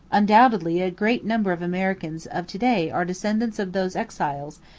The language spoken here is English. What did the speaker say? undoubtedly a great number of americans of to-day are descendants of those exiles,